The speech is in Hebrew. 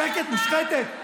שקט, מושחתת.